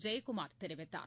ஜெயக்குமார் தெரிவித்தார்